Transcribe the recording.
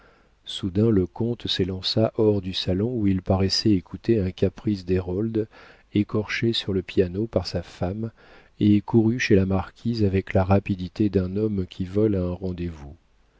soudain le comte s'élança hors du salon où il paraissait écouter un caprice d'hérold écorché sur le piano par sa femme et courut chez la marquise avec la rapidité d'un homme qui vole à un rendez-vous